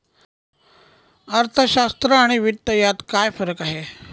अर्थशास्त्र आणि वित्त यात काय फरक आहे